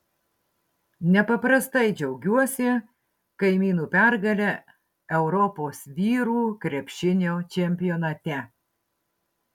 nepaprastai džiaugiuosi kaimynų pergale europos vyrų krepšinio čempionate